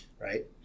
Right